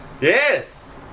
yes